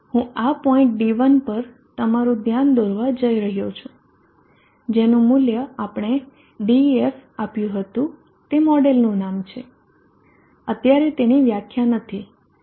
હું આ point D1 પર તમારું ધ્યાન દોરવા જઇ રહ્યો છું જેનું મૂલ્ય આપણે Def આપ્યું હતું તે મોડેલનું નામ છે અત્યારે તેની વ્યાખ્યા નથી